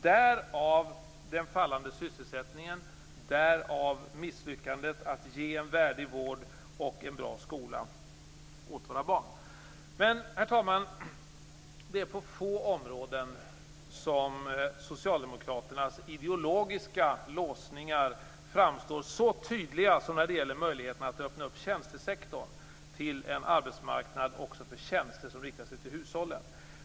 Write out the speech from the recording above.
Därav den fallande sysselsättningen, därav misslyckandet när det gäller att ge en värdig vård och en bra skola för våra barn. Men, herr talman, det är på få områden som Socialdemokraternas ideologiska låsningar framstår så tydligt som när det gäller möjligheten att öppna tjänstesektorn till en arbetsmarknad också för tjänster som riktar sig till hushållen.